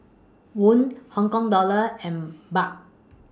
Won Hong Kong Dollar and Baht